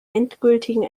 endgültigen